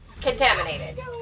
contaminated